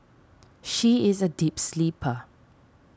she is a deep sleeper